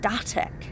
static